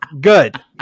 good